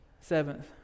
Seventh